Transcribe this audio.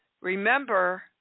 Remember